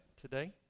today